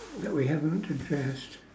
that we haven't addressed